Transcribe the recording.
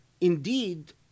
Indeed